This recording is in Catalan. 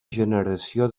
generació